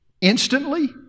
instantly